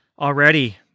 already